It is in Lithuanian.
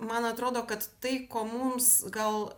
man atrodo kad tai ko mums gal